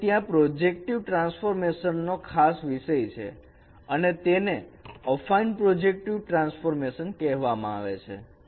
હવે ત્યાં projective transformation નો ખાસ વિષય છે અને તેને અફાઈન પ્રોજેક્ટિવ ટ્રાન્સફોર્મેશન કહેવાય છે